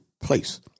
place